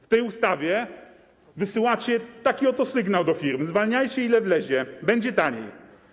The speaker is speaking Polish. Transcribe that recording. W tej ustawie wysyłacie taki oto sygnał do firm: zwalniajcie, ile wlezie, będzie taniej.